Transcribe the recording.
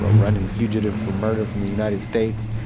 ah running fugitive for murder from the united states.